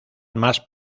más